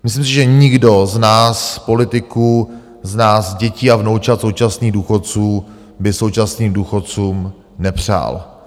Myslím si, že nikdo z nás politiků, z nás dětí a vnoučat současných důchodců, by současným důchodcům nepřál.